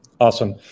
Awesome